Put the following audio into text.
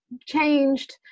changed